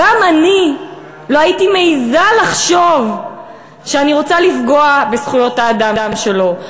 גם אני לא הייתי מעזה לחשוב שאני רוצה לפגוע בזכויות האדם שלו,